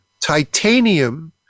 titanium